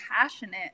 passionate